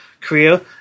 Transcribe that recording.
Korea